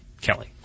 Kelly